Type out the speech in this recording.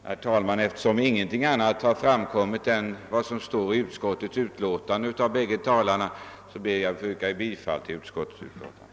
Herr talman! Eftersom ingenting har framkommit utöver vad som står att läsa i utskottets utlåtande genom vad som här anförts av de båda talarna, ber jag endast att få yrka bifall till utskottets hemställan.